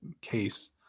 case